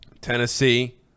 Tennessee